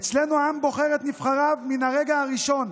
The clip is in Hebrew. אצלנו העם בוחר את נבחריו מן הרגע הראשון.